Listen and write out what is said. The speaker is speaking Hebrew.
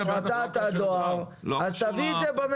אם אתה רוצה להביא החלטת ממשלה על הפרטת הדואר אז תביא את זה בממשלה,